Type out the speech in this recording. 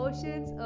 Oceans